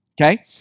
Okay